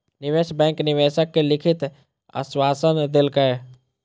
निवेश बैंक निवेशक के लिखित आश्वासन देलकै